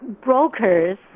brokers